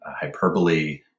hyperbole